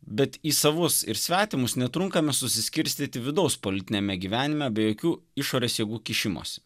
bet į savus ir svetimus netrunkame susiskirstyti vidaus politiniame gyvenime be jokių išorės jėgų kišimosi